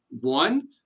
one